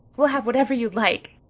we'll have whatever you like.